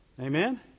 amen